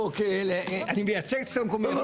אני מייצג את השלטון המקומי.